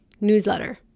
Newsletter